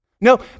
No